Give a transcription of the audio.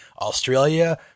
Australia